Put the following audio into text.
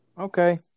okay